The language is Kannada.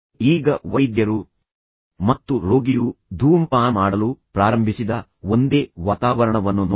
ಈಗ ವೈದ್ಯರು ಮತ್ತು ರೋಗಿಯು ಧೂಮಪಾನ ಮಾಡಲು ಪ್ರಾರಂಭಿಸಿದ ಒಂದೇ ವಾತಾವರಣವನ್ನು ನೋಡಿ